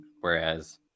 whereas